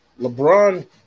LeBron